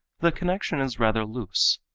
the connection is rather loose.